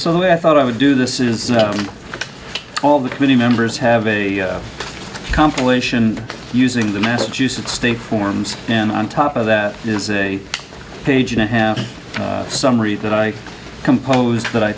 so i thought i would do this is all the committee members have been compilation using the massachusetts state forms and on top of that is a page and a half summary that i composed that i